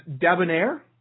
debonair